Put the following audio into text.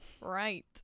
right